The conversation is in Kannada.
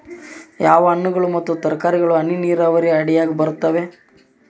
ಯಾವ ಹಣ್ಣುಗಳು ಮತ್ತು ತರಕಾರಿಗಳು ಹನಿ ನೇರಾವರಿ ಅಡಿಯಾಗ ಬರುತ್ತವೆ?